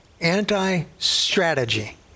anti-strategy